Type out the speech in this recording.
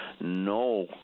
no